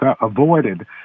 avoided